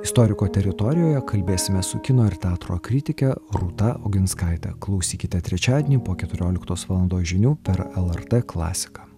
istoriko teritorijoje kalbėsime su kino ir teatro kritike rūta oginskaite klausykite trečiadienį po keturioliktos valandos žinių per lrt klasiką